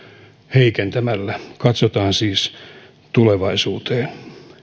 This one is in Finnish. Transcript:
heikentämällä katsotaan siis tulevaisuuteen